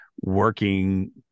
working